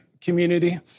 community